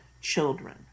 children